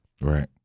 right